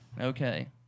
Okay